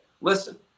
listen